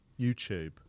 YouTube